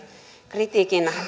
kritiikin